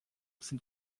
sind